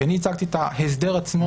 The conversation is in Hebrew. כי אני הצגתי את ההסדר עצמו,